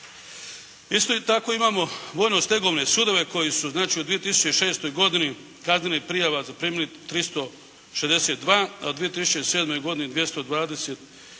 Isto tako imamo vojno-stegovne sudove koji su znači u 2006. godini kaznenih prijava zaprimili 362, a u 2007. godini 227